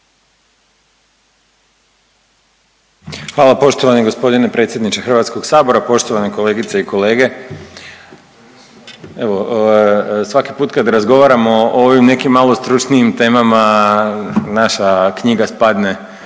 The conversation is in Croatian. Hvala poštovani gospodine predsjedniče Hrvatskog sabora, poštovane kolegice i kolege. Evo svaki put kad razgovaramo o ovim nekim malo stručnijim temama naša knjiga spadne